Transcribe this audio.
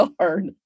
yard